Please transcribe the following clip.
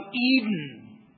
Eden